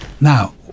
Now